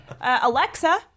Alexa